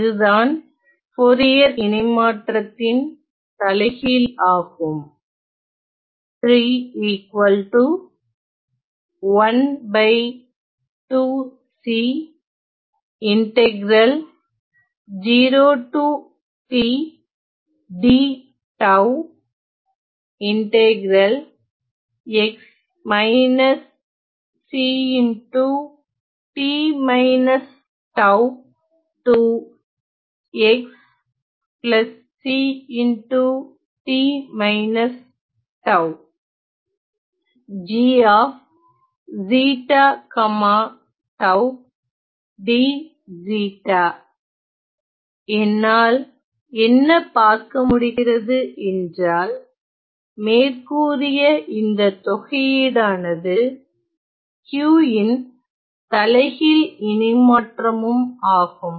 இதுதான் போரியர் இணைமாற்றத்தின் தலைகீழ் ஆகும் என்னால் என்ன பார்க்க முடிகிறது என்றால் மேற்கூறிய இந்த தொகையீடானது Q ன் தலைகீழ் இணைமாற்றமும் ஆகும்